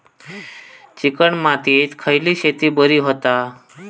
Chicken मातीत खयली शेती बरी होता?